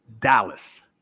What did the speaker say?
Dallas